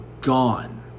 gone